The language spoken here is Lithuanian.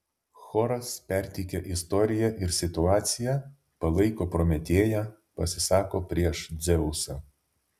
choras perteikia istoriją ir situaciją palaiko prometėją pasisako prieš dzeusą